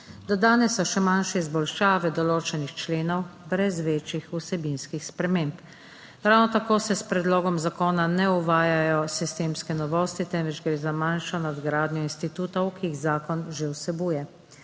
Dodane so še manjše izboljšave določenih členov brez večjih vsebinskih sprememb. Ravno tako se s predlogom zakona ne uvajajo sistemske novosti, temveč gre za manjšo nadgradnjo institutov, ki jih zakon že vsebuje.